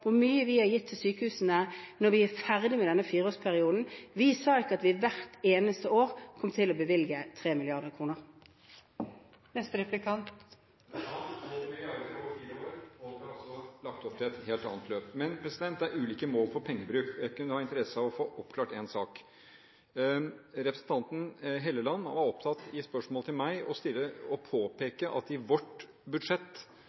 hvor mye vi har gitt til sykehusene når vi er ferdige med denne fireårsperioden. Vi sa ikke at vi hvert eneste år kom til å bevilge 3 mrd. kr. Dere sa 12 mrd. kr over fire år, og dere har altså lagt opp til et helt annet løp. Men det er ulike mål for pengebruk, og jeg kunne ha interesse av å få oppklart én sak: Representanten Helleland var i spørsmål til meg opptatt av å påpeke at i vårt budsjett